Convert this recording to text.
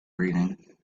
reading